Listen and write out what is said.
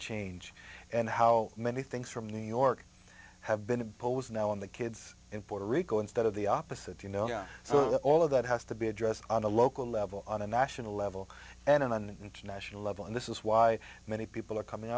change and how many things from new york have been imposed now on the kids in puerto rico instead of the opposite you know so all of that has to be addressed on a local level on a national level and on an international level and this is why many people are coming